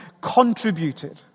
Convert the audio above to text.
contributed